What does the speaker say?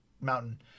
mountain